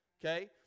Okay